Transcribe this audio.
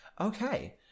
Okay